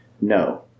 No